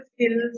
skills